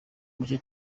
muke